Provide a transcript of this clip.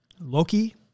Loki